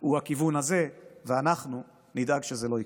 הוא הכיוון הזה, ואנחנו נדאג שזה לא יקרה.